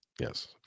Yes